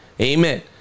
Amen